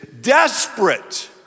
Desperate